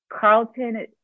Carlton